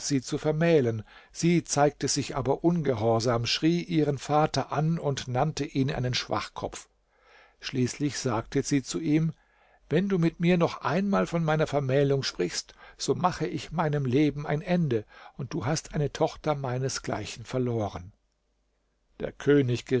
sie zu vermählen sie zeigte sich aber ungehorsam schrie ihren vater an und nannte ihn einen schwachkopf schließlich sagte sie zu ihm wenn du mit mir noch einmal von meiner vermählung sprichst so mache ich meinem leben ein ende und du hast eine tochter meinesgleichen verloren der könig